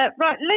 Right